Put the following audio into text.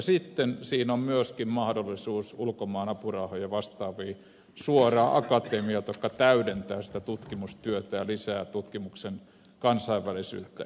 sitten siinä on myöskin mahdollisuus ulkomaan apurahoihin ja vastaaviin suoraan akatemialta jotka täydentävät sitä tutkimustyötä ja lisäävät tutkimuksen kansainvälisyyttä